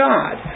God